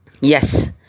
Yes